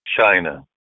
China